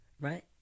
right